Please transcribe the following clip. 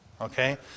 Okay